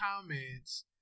comments